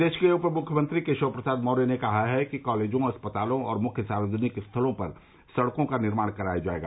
प्रदेश के उपमुख्यमंत्री केशव प्रसाद मौर्य ने कहा है कि कॉलेजों अस्पतालों और मुख्य सार्वजनिक स्थलों पर सड़कों का निर्माण कराया जायेगा